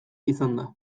izanda